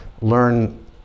learn